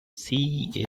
see